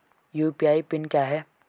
UPI PIN क्या है?